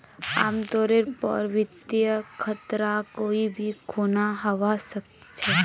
आमतौरेर पर वित्तीय खतरा कोई भी खुना हवा सकछे